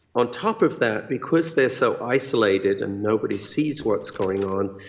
on top of that, because they are so isolated and nobody sees what's going on,